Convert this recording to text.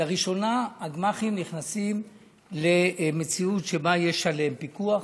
לראשונה הגמ"חים נכנסים למציאות שבה יש עליהם פיקוח,